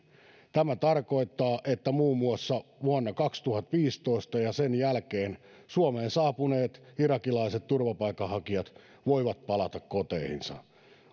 tämä tarkoittaa että muun muassa vuonna kaksituhattaviisitoista ja sen jälkeen suomeen saapuneet irakilaiset turvapaikanhakijat voivat palata koteihinsa